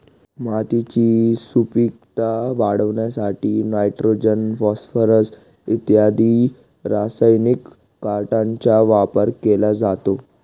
मातीची सुपीकता वाढवण्यासाठी नायट्रोजन, फॉस्फोरस इत्यादी रासायनिक खतांचा वापर केला जातो